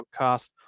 podcast